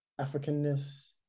Africanness